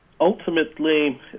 ultimately